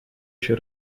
się